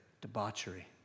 debauchery